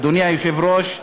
אדוני היושב-ראש,